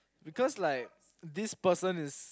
because like this person is